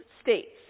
states